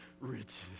riches